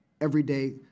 everyday